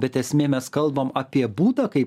bet esmė mes kalbam apie būdą kai